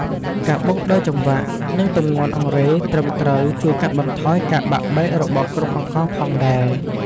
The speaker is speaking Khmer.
ការបុកដោយចង្វាក់ និងទម្ងន់អង្រែត្រឹមត្រូវជួយកាត់បន្ថយការបាក់បែករបស់គ្រាប់អង្ករផងដែរ។